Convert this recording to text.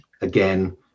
again